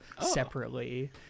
separately